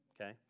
okay